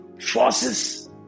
Forces